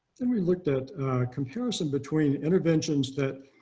then we looked at comparison between interventions that